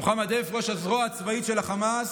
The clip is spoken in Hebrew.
מוחמד דף, ראש הזרוע הצבאית של חמאס,